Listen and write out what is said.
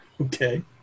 Okay